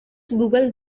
google